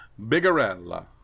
Bigarella